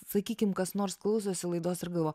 sakykim kas nors klausosi laidos ir galvo